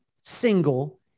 single